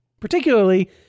particularly